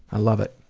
i love it,